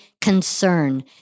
concern